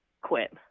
quit